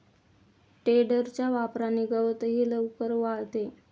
टेडरच्या वापराने गवतही लवकर वाळते